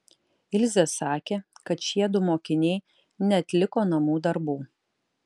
ilzė sakė kad šiedu mokiniai neatliko namų darbų